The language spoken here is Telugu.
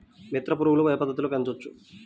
మిత్ర పురుగులు ఏ పద్దతిలో పెంచవచ్చు?